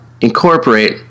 incorporate